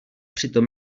přitom